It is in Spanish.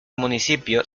municipio